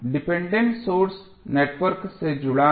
dependent source network से जुड़ा है